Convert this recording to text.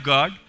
God